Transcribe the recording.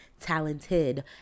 Talented